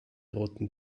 roten